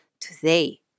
Today